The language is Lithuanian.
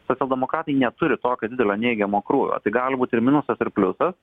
socialdemokratai neturi tokio didelio neigiamo krūvio tai gali būt ir minusas ir pliusas